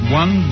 one